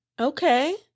Okay